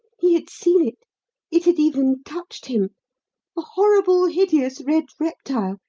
he had seen it it had even touched him a horrible, hideous red reptile,